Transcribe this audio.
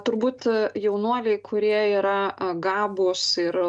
turbūt jaunuoliai kurie yra a gabūs ir